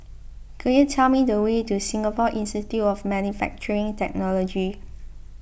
could you tell me the way to Singapore Institute of Manufacturing Technology